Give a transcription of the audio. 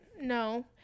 no